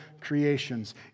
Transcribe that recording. creations